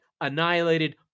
annihilated